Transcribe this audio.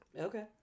Okay